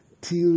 till